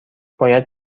باید